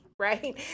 right